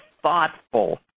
thoughtful